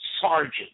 sergeant